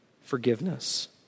forgiveness